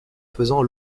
faisant